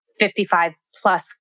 55-plus